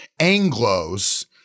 Anglos